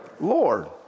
Lord